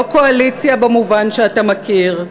לא קואליציה במובן שאתה מכיר,